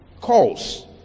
calls